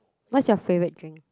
what's your favourite drink